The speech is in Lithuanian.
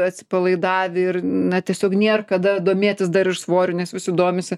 atsipalaidavę ir na tiesiog nėr kada domėtis dar ir svoriu nes visi domisi